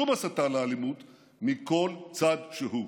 שום הסתה לאלימות מכל צד שהוא.